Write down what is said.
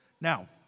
Now